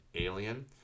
Alien